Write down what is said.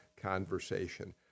conversation